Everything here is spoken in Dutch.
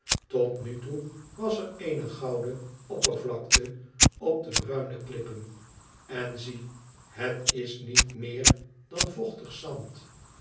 tot nu toe was er eene gouden opper vlakte op de bruine klippen en zie het is niet meer dan vochtig zand